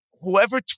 Whoever